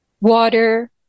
water